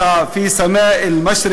אז אני, ברשותך, רוצה לפנות אל העם